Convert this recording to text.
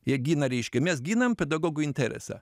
jie gina reiškia mes ginam pedagogų interesą